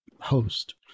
host